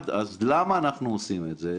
למה אנחנו עושים את זה?